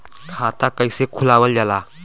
खाता कइसे खुलावल जाला?